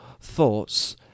thoughts